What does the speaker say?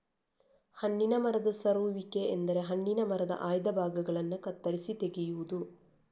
ಹಣ್ಣಿನ ಮರದ ಸರುವಿಕೆ ಎಂದರೆ ಹಣ್ಣಿನ ಮರದ ಆಯ್ದ ಭಾಗಗಳನ್ನ ಕತ್ತರಿಸಿ ತೆಗೆಯುದು